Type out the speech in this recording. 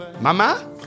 Mama